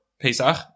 Pesach